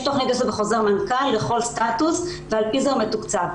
יש תוכנית בחוזר מנכ"ל לכל סטטוס ועל זה הוא מתוקצב.